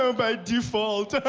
so by default.